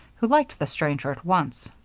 who liked the stranger at once.